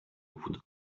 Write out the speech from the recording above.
would